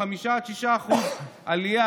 5% 6% עלייה,